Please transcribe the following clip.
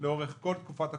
לאורך כל תקופת הקורונה.